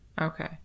Okay